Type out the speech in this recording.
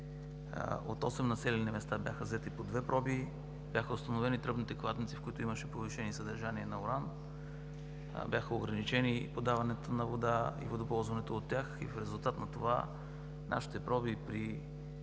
От осем населени места бяха взети по две проби, бяха установени тръбните кладенци, в които имаше повишени съдържания на уран, бяха ограничени подаването на вода и водоползването от тях. И в резултат на това нашите проби при